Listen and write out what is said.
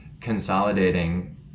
consolidating